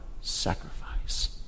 sacrifice